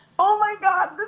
oh my god,